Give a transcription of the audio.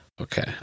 Okay